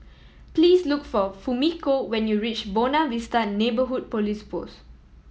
please look for Fumiko when you reach Buona Vista Neighbourhood Police Post